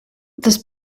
das